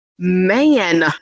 man